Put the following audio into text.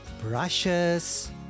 brushes